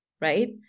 right